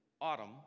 autumn